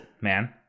man